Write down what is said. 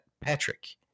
Patrick